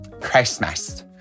Christmas